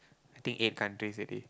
I think eight countries already